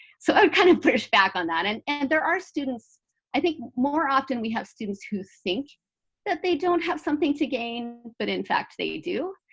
so i kind of push back on that. and and there are students i think more often we have students who think that they don't have something to gain, but in fact, they do.